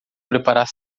preparar